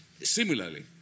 Similarly